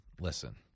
listen